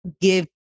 give